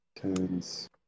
Turns